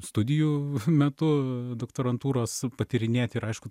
studijų metu doktorantūros patyrinėt ir aišku